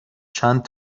چند